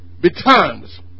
betimes